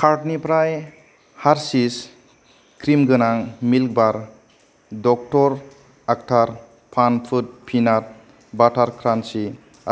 कार्टनिफ्राय हारशिस क्रिमगोनां milk bar Dr Oetker fun food peanut butter crunchy